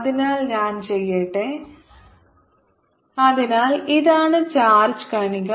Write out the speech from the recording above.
അതിനാൽ ഞാൻ ചെയ്യട്ടെ അതിനാൽ ഇതാണ് ചാർജ് കണിക